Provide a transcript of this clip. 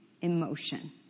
emotion